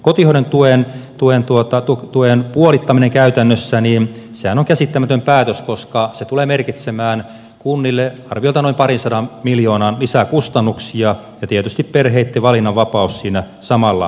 kotihoidon tuen puolittaminenhan käytännössä on käsittämätön päätös koska se tulee merkitsemään kunnille arviolta noin parinsadan miljoonan lisäkustannuksia ja tietysti perheitten valinnanvapaus siinä samalla menee